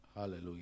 Hallelujah